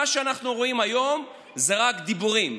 מה שאנחנו רואים היום זה רק דיבורים,